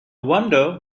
wonder